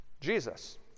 Jesus